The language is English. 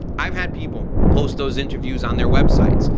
i've had people post those interviews on their websites.